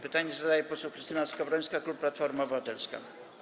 Pytanie zadaje poseł Krystyna Skowrońska, klub Platforma Obywatelska.